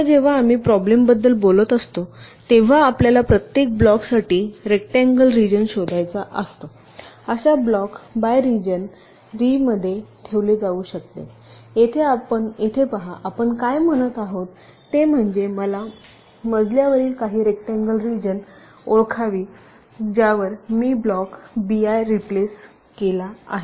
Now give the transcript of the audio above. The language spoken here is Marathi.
आता जेव्हा आम्ही प्रॉब्लेमबद्दल बोलत असतो तेव्हा आपल्याला प्रत्येक ब्लॉक्ससाठी रेकटांगलं रिजन शोधायचा असतो अशा ब्लॉक बाय रिजन री मध्ये ठेवले जाऊ शकते येथे पहा आपण काय म्हणत आहोत ते म्हणजे मला मजल्यावरील काही रेकटांगलं रिजन ओळखावी ज्यावर मी ब्लॉक Bi रिप्लेस केला आहे